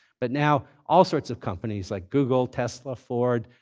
but now, all sorts of companies like google, tesla, ford,